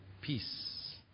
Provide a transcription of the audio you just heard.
peace